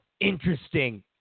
interesting